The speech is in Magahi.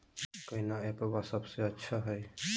कौन एप्पबा सबसे अच्छा हय?